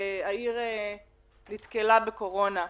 העיר נתקלה בקורונה.